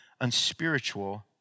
unspiritual